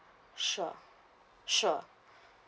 sure sure